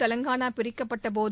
Telangana பிரிக்கப்பட்டபோது